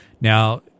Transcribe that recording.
Now